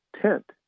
tent